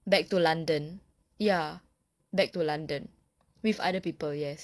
back to london ya back to london with other people yes